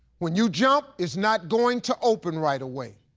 when you jump, it's not going to open right away.